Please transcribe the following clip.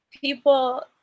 people